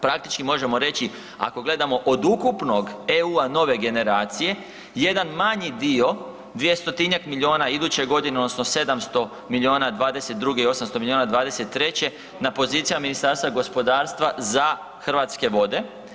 Praktički možemo reći, ako gledamo od ukupnog EU Nove generacije jedan manji dio 200-tinjak milijuna iduće godine odnosno 700 milijuna '22. i 800 milijuna '23. na pozicijama Ministarstva gospodarstva za Hrvatske vode.